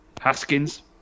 Haskins